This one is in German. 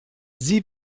sie